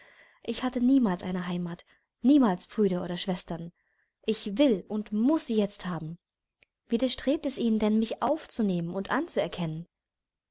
ich hatte niemals eine heimat niemals brüder oder schwestern ich will und muß sie jetzt haben widerstrebt es ihnen denn mich aufzunehmen und anzuerkennen